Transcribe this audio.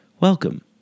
welcome